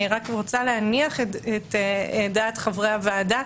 אני רק רוצה להניח את דעת חברי הוועדה,